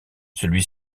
celui